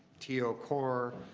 to ah core,